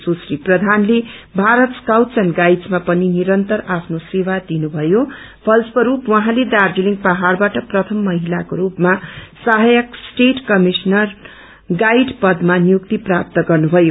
सुश्री प्रबानले Bharat scout and गाइडस्या पनि निरन्तर आफ्नो सेवा दिनुथयो फलस्वस्प उहाँले दार्जीलिङ पहाड़बाट प्रथम महिलाको रूपमा सहायक स्टेट कमिश्नर गाइड पदमा नियुक्ति प्राप्त गर्नुभयो